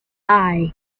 eye